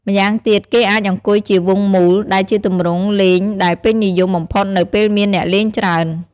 ម្យ៉ាងទៀតគេអាចអង្គុយជាវង់មូល ដែលជាទម្រង់លេងដែលពេញនិយមបំផុតនៅពេលមានអ្នកលេងច្រើន។